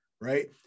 Right